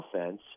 offense